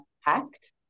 hacked